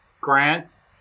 grants